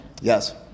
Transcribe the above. Yes